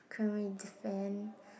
can't really defend